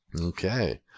Okay